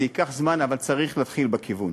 זה ייקח זמן, אבל צריך להתחיל בכיוון.